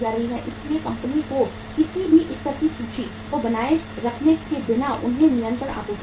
इसलिए कंपनी को किसी भी स्तर की सूची को बनाए रखने के बिना उन्हें निरंतर आपूर्ति मिलती है